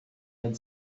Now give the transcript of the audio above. had